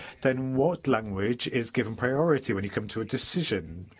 then what language is given priority when you come to a decision?